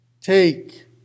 Take